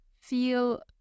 feel